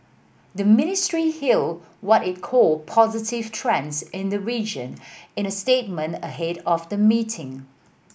the ministry hailed what it called positive trends in the region in a statement ahead of the meeting